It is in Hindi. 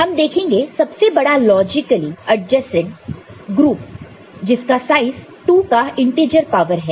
हम देखेंगे सबसे बड़ा लॉजिकली एडजेसेंट ग्रुप को जिसका साइजं 2 का इंटिजर पावर है